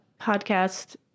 podcast